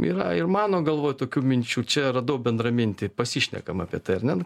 yra ir mano galvoj tokių minčių čia radau bendramintį pasišnekam apie tai ar ne